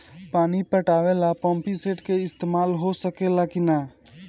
पानी पटावे ल पामपी सेट के ईसतमाल हो सकेला कि ना?